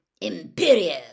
Imperial